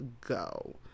go